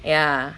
ya